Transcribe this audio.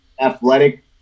athletic